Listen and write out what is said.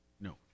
No